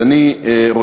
אז אני רוצה,